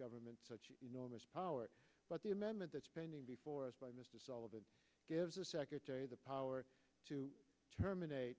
government such enormous power but the amendment that's pending before us by mr sullivan gives the secretary the power to terminate